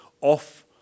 off